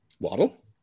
Waddle